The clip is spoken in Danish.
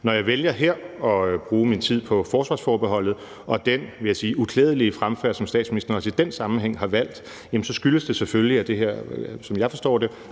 Når jeg her vælger at bruge min tid på forsvarsforbeholdet og den, vil jeg sige uklædelige fremfærd, som statsministeren også i den sammenhæng har valgt, skyldes det selvfølgelig, at det her – som jeg forstår det